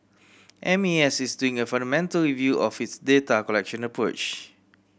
M A S is doing a fundamental review of its data collection approach